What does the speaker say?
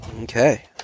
Okay